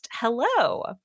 Hello